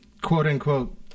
quote-unquote